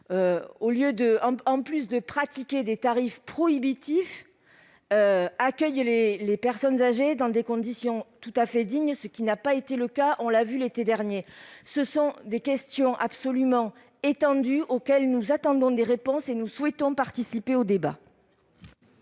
en plus de pratiquer des tarifs prohibitifs, accueillent les personnes âgées dans des conditions dignes, ce qui n'a pas été le cas, on l'a vu, l'été dernier ? Ce sont des questions étendues sur lesquelles nous attendons des réponses. Nous souhaitons participer au débat.